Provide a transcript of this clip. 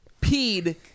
peed